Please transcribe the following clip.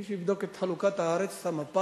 מי שיבדוק את חלוקת הארץ, את המפה,